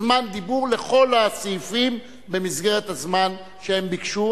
זמן דיבור לכל הסעיפים במסגרת הזמן שהם ביקשו.